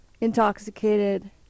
intoxicated